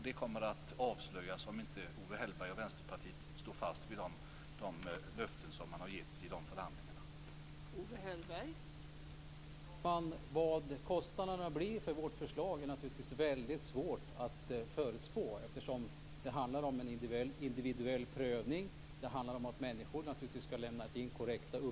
Det kommer att avslöjas om inte Owe Hellberg och Vänsterpartiet står fast vid de löften man har givit i förhandlingarna.